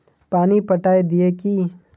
पानी पटाय दिये की?